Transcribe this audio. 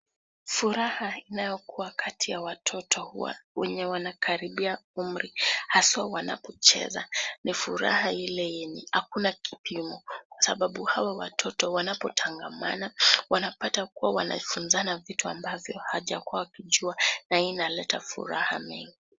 Furaha inayokuwa kati ya watoto wenye wanakaribia umri haswa wanapocheza. Ni furaha ili yenye hakuna kipimo sababu hawa watoto wanapotangamana wanapata kuwa wanafunzana vitu ambavyo hawajakua wakijua na hii inaleta furaha mingi.